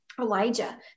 Elijah